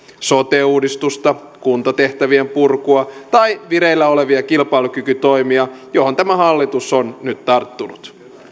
sote uudistusta kuntatehtävien purkua tai vireillä olevia kilpailukykytoimia joihin tämä hallitus on nyt tarttunut